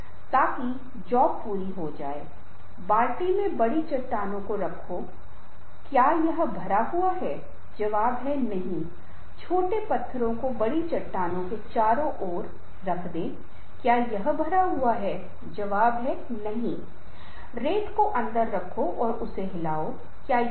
विराम दें संक्षिप्त और लंबे समय तक यह टिप्पणी करें कि यह प्रस्तुति के विभिन्न भागों प्रस्तुति के महत्वपूर्ण घटक हैं क्योंकि आपके मन में ऐसे मामले होंगे जहां आप केवल अपने शरीर के साथ प्रस्तुति दे रहे होंगे और कुछ नहीं